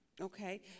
Okay